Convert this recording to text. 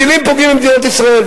טילים פוגעים במדינת ישראל,